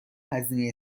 هزینه